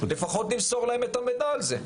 לפחות נמסור להם את המידע על זה.